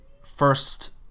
first